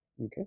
Okay